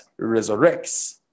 resurrects